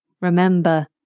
remember